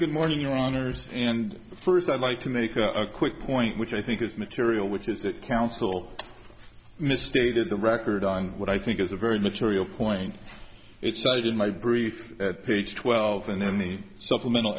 good morning runners and first i'd like to make a quick point which i think is material which is that counsel misstated the record on what i think is a very material point it's all in my brief twelve and then the supplemental